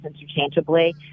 interchangeably